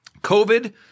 COVID